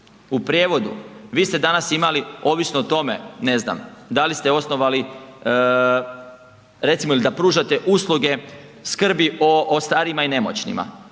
u prijevodu vi ste danas imali ovisno o tome, ne znam, da li ste osnovali ili recimo da pružate usluge skrbi o starijima i nemoćnima,